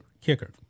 kicker